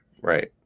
Right